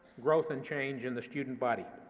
growth and change in the student body.